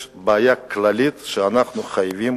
יש בעיה כללית שאנחנו חייבים